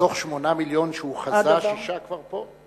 מתוך 8 מיליון שהוא חזה, 6 מיליון כבר פה.